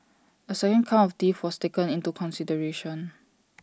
A second count of theft was taken into consideration